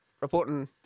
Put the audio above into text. reporting